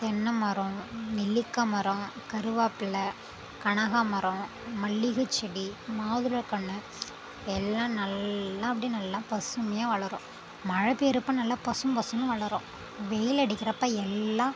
தென்னை மரம் நெல்லிக்காய் மரம் கருவேப்பில்ல கனகாமரம் மல்லிகை செடி மாதுளை கன்று எல்லாம் நல்லா அப்படியே நல்லா பசுமையாக வளரும் மழை பெய்கிறப்ப நல்லா பசும் பசும்னு வளரும் வெயில் அடிக்கிறப்போ எல்லாம்